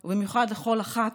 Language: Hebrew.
מאיתנו, ובמיוחד לכל אחת,